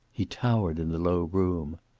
he towered in the low room.